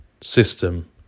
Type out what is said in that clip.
system